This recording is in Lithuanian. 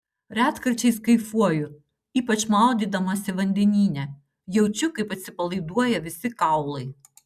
retkarčiais kaifuoju ypač maudydamasi vandenyne jaučiu kaip atsipalaiduoja visi kaulai